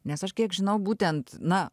nes aš kiek žinau būtent na